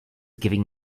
giving